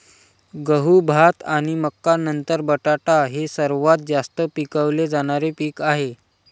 गहू, भात आणि मका नंतर बटाटा हे सर्वात जास्त पिकवले जाणारे पीक आहे